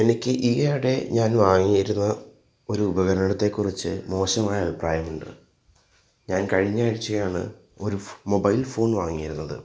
എനിക്ക് ഈയിടെ ഞാൻ വാങ്ങിയിരുന്ന ഒരു ഉപകരണത്തെ കുറിച്ച് മോശമായ അഭിപ്രായമുണ്ട് ഞാൻ കഴിഞ്ഞ ആഴ്ചയാണ് ഒരു മൊബൈൽ ഫോൺ വാങ്ങിയിരുന്നത്